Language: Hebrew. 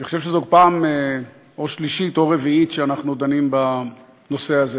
אני חושב שזאת פעם שלישית או רביעית שאנחנו דנים בנושא הזה